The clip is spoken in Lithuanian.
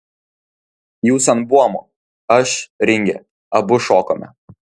jūs ant buomo aš ringe abu šokome